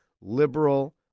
liberal